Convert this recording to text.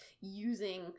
Using